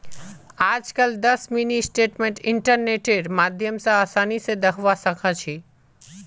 आजकल दस mini statement इन्टरनेटेर माध्यम स आसानी स दखवा सखा छी